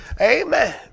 Amen